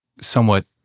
somewhat